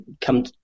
come